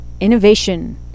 Innovation